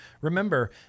Remember